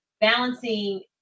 balancing